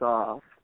off